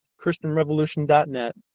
ChristianRevolution.net